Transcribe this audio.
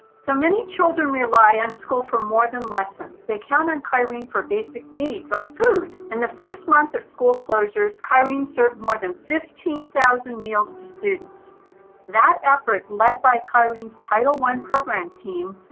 so many children rely on school for more than lessons, they count on kyrene for basic needs like food. in the first month of school closures, kyrene served more than fifteen thousand meals to students that effort, led by kyrene's title i program team,